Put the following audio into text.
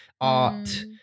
art